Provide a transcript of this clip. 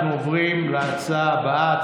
אנחנו עוברים להצעה הבאה,